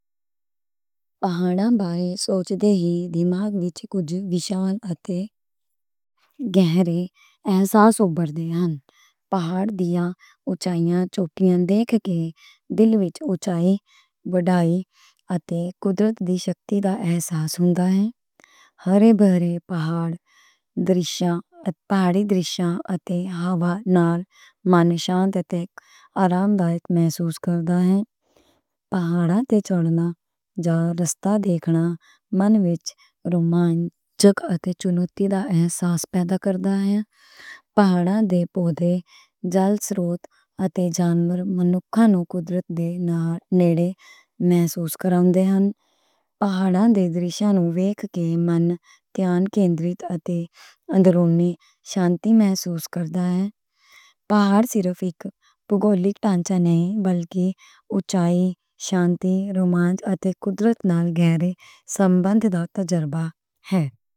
پہاڑاں بارے سوچ دے ہی دماغ وچ کچھ وڈا تے گہرا احساس اُبھردے نیں۔ پہاڑ دیاں اُچائیاں چوٹیاں ویکھ کے دل وچ اُچائی دی وڈائی تے قدرت دی شکتی دا احساس ہُندا اے۔ ہرے بھرے پہاڑاں دے درشاں تے ہوا نال من سُکھ تے اطمینان محسوس کردا اے۔ پہاڑاں تے چڑھنا جا رستہ ویکھنا من وچ رومان چک تے چنوتی دا احساس پیدا کردا اے۔ پہاڑاں دے پودے جل سروت تے جانور انسان نوں قدرت دے نال نیڑے محسوس کراؤندے نیں۔ پہاڑاں دے درشاں نوں ویکھ کے من دھیان کِندرِت تے اندَرونی شانت محسوس کردا اے۔ پہاڑاں دے پودے پانی دے سروت تے پانی دے سروت نال نیڑے محسوس کراؤندے نیں۔